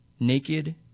naked